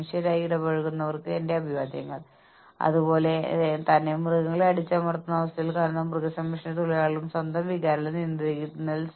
അതിനാൽ അവർ സിസ്റ്റത്തിൽ നിന്ന് അവർക്ക് ആവശ്യമുള്ളത് നേടുന്നതിന് മാത്രമായി ചെയ്യുന്നു അവർ ഡ്യൂട്ടിക്ക് മുകളിൽ പോകില്ല